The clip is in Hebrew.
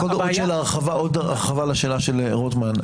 עוד הרחבה לשאלה של רוטמן.